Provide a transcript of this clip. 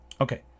Okay